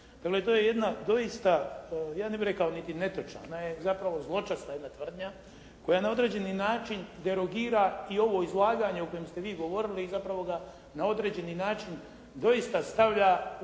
tome, to je jedna doista ja ne bih rekao niti netočna, ona je zapravo zločesta jedna tvrdnja koja ne određeni način derogira i ovo izlaganje o kojem ste vi govorili i zapravo ga na određeni način doista stavlja u